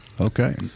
okay